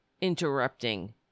interrupting